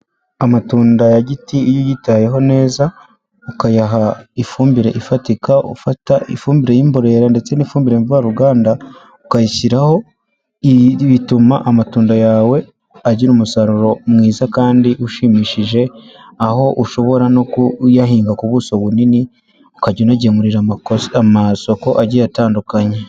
Amatunda giti iyo uyitayeho neza ukayaha ifumbire ifatika, ufata ifumbire y'imborera ndetse n'ifumbire mvaruganda ukayishyiraho bituma amatunda yawe agira umusaruro mwiza kandi ushimishije. Aho ushobora no kuyahinga ku buso bunini ukajya unagemurira amakosa amasoko agiye atandukanye.